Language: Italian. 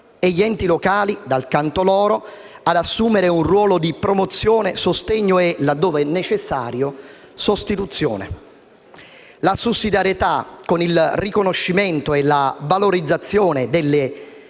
e gli enti locali, dal canto loro, ad assumere un ruolo di promozione, sostegno e, laddove necessario, sostituzione. La sussidiarietà, con il riconoscimento e la valorizzazione della